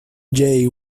jay